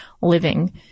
living